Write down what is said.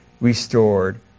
restored